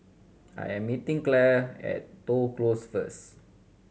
I am meeting Clare at Toh Close first